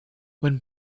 when